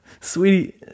Sweetie